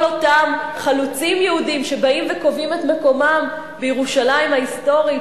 כל אותם חלוצים יהודים שבאים וקובעים את מקומם בירושלים ההיסטורית,